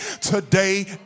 today